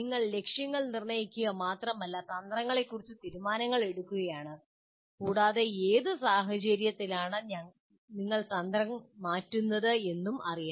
നിങ്ങൾ ലക്ഷ്യങ്ങൾ നിർണ്ണയിക്കുക മാത്രമല്ല തന്ത്രങ്ങളെക്കുറിച്ച് തീരുമാനങ്ങൾ എടുക്കുകയാണ് കൂടാതെ ഏത് സാഹചര്യത്തിലാണ് നിങ്ങൾ തന്ത്രം മാറ്റുന്നത് എന്നും അറിയണം